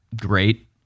Great